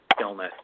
illness